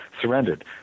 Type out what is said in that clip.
surrendered